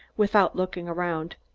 without looking around.